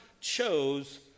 chose